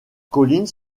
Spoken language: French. collines